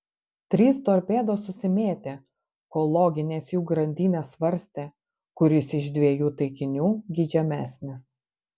trys torpedos susimėtė kol loginės jų grandinės svarstė kuris iš dviejų taikinių geidžiamesnis